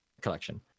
collection